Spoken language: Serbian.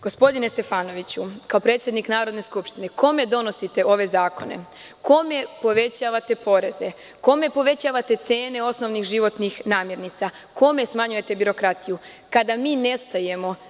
Gospodine Stefanoviću, kao predsednik Narodne skupštine, kome donosite ove zakone, kome povećavate poreze, kome povećavate cene osnovnih životnih namirnica, kome smanjujete birokratiju, kada mi nestajemo?